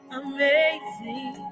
amazing